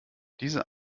diese